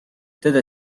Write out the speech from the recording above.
tõde